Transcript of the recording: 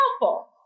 helpful